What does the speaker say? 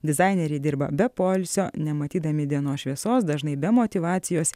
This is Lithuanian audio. dizaineriai dirba be poilsio nematydami dienos šviesos dažnai be motyvacijos